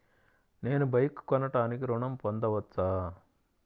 నేను బైక్ కొనటానికి ఋణం పొందవచ్చా?